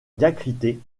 diacritée